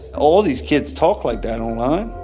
all these kids talk like that online.